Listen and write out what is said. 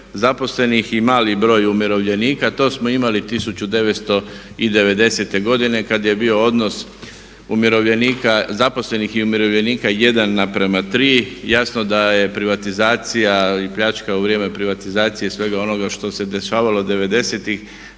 zaposlenih i malih broj umirovljenika. To smo imali 1990.godine kad je bio odnos zaposlenih i umirovljenika 1:3, jasno da je privatizacija i pljačka u vrijeme privatizacije i svega onoga što se dešavalo 90.-tih